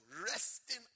resting